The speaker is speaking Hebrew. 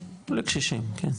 לקשישים כן.